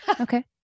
Okay